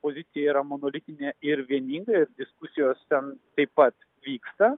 politija yra monolitinė ir vieninga ir diskusijos ten taip pat vyksta